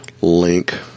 link